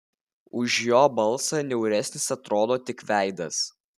už jo balsą niauresnis atrodo tik veidas